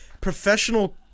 Professional